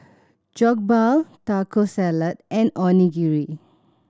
Jokbal Taco Salad and Onigiri